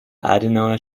adenauer